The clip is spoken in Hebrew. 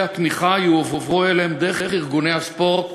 התמיכה יועברו אליהם דרך ארגוני הספורט,